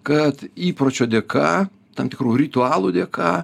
kad įpročio dėka tam tikrų ritualų dėka